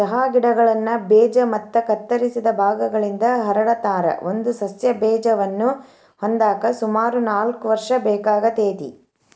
ಚಹಾ ಗಿಡಗಳನ್ನ ಬೇಜ ಮತ್ತ ಕತ್ತರಿಸಿದ ಭಾಗಗಳಿಂದ ಹರಡತಾರ, ಒಂದು ಸಸ್ಯ ಬೇಜವನ್ನ ಹೊಂದಾಕ ಸುಮಾರು ನಾಲ್ಕ್ ವರ್ಷ ಬೇಕಾಗತೇತಿ